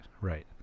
right